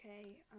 Okay